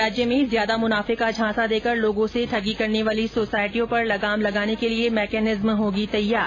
राज्य में ज्यादा मुनाफे का झांसा देकर लोगों से ठगी करने वाली सोसायटियों पर लगाम लगाने के लिए मैकेनिज्म होगी तैयार